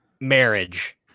marriage